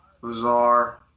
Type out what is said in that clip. Bizarre